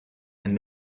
and